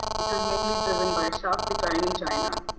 it was mainly driven by a sharp decline in china.